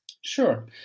Sure